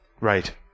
right